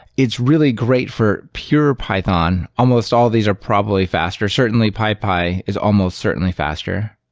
it's really great for pure python. almost all these are probably faster. certainly pypy is almost certainly faster.